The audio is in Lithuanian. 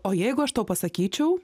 o jeigu aš tau pasakyčiau